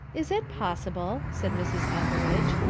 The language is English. is it possible, said mrs. etheridge,